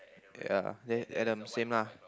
ya then and then same lah